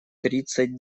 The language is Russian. тридцать